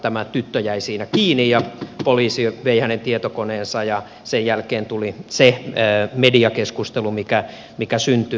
tämä tyttö jäi siinä kiinni ja poliisi vei hänen tietokoneensa ja sen jälkeen tuli se mediakeskustelu mikä syntyi